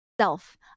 self